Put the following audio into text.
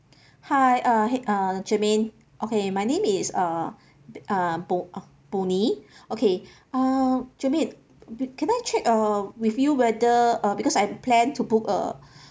hi uh hey uh germaine okay my name is uh uh bo~ bonnie okay uh germaine can I check uh with you whether uh because I plan to book uh